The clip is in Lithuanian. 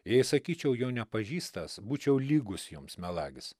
jei sakyčiau jo nepažįstąs būčiau lygus jums melagis